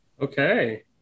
Okay